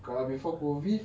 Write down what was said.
kalau before COVID